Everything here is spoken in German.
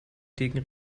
degen